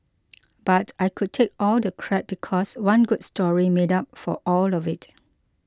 but I could take all the crap because one good story made up for all of it